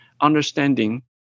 understanding